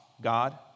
God